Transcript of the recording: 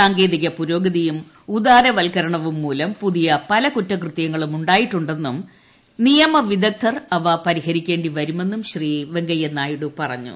സാങ്കേതിക പുരോഗതിയും ഉദാരവൽക്കരണവും മൂലം പുതിയ പലകുറ്റകൃതൃങ്ങളും ഉണ്ടായിട്ടുണ്ടെന്നും നിയമ വിദഗ്ദധർ അവ പരിഹരിക്കേണ്ടിവരുമെന്നും ശ്രീ വെങ്കയ്യനായിഡു പറഞ്ഞു